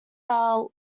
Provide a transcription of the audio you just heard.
are